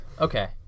Okay